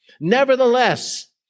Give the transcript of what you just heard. Nevertheless